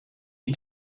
est